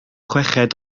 chweched